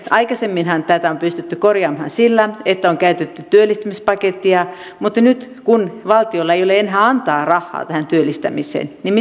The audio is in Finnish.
aikaisemminhan tätä on pystytty korjaamaan sillä että on käytetty työllistämispakettia mutta nyt kun valtiolla ei ole enää antaa rahaa tähän työllistämiseen niin mitä on tehtävä